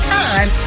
time